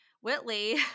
Whitley